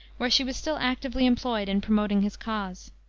where she was still actively employed in promoting his cause.